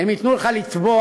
הם ייתנו לך לטבוע,